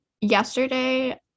Yesterday